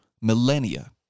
millennia